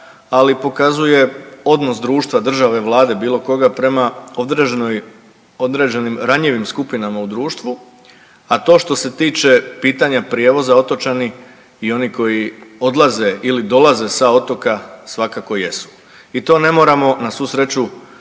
ali pokazuje odnos društva, države, Vlade bilo koga prema određenim ranjivim skupinama u društvu, a to što se tiče pitanja prijevoza otočani i oni koji odlaze ili dolaze sa otoka svakako jesu. I to ne moramo na svu sreću